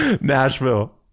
Nashville